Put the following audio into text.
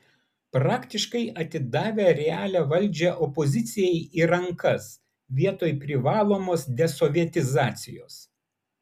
praktiškai atidavę realią valdžią opozicijai į rankas vietoj privalomos desovietizacijos